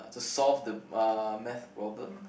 to solve the uh math problem